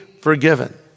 forgiven